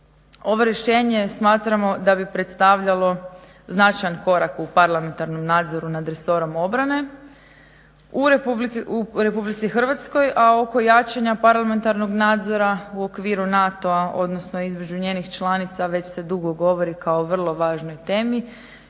Ovo rješenje smatramo da bi predstavljalo značajan korak u parlamentarnom nadzoru nad resorom obrane u RH, a oko jačanja parlamentarnog nadzora u okviru NATO-a odnosno između njenih članica već se dugo govori kao o vrlo važnoj temi